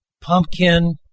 pumpkin